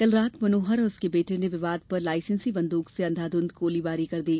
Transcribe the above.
कल रात मनोहर और उसके बेटे ने विवाद होने पर लाइसेंसी बंद्रक से अंधाधुंध गोलीबारी कर दी